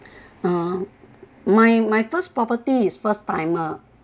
um my my first property is first timer